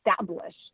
establish